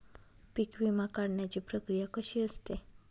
पीक विमा काढण्याची प्रक्रिया कशी असते?